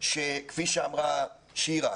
כפי שאמרה שירה,